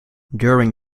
during